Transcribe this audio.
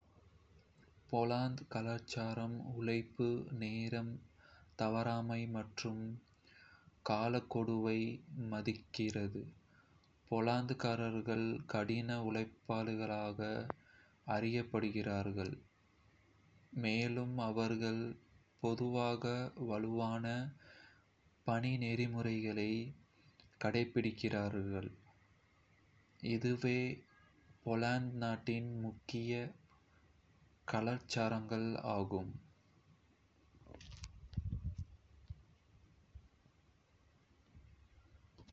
போலந்து கலாச்சாரம் உழைப்பு, நேரம் தவறாமை மற்றும் காலக்கெடுவை மதிக்கிறது. போலந்துக்காரர்கள் கடின உழைப்பாளிகளாக அறியப்படுகிறார்கள், மேலும் அவர்கள் பொதுவாக வலுவான பணி நெறிமுறைகளை கடைபிடிக்கின்றனர்